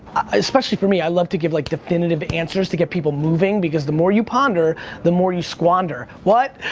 especially for me, i like to give like definitive answers to get people moving, because the more you ponder the more you squander. what?